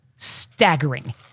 staggering